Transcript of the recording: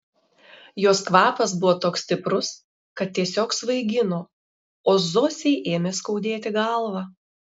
jos kvapas buvo toks stiprus kad tiesiog svaigino o zosei ėmė skaudėti galvą